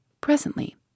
Presently